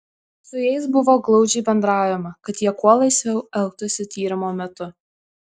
su jais buvo glaudžiai bendraujama kad jie kuo laisviau elgtųsi tyrimo metu